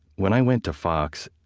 when i went to fox,